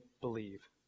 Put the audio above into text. believe